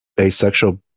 asexual